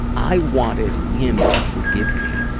i wanted him to forgive me.